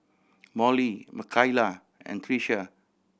Mollie Makaila and Trisha